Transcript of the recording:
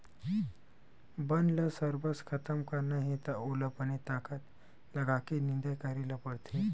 बन ल सरबस खतम करना हे त ओला बने ताकत लगाके निंदई करे ल परथे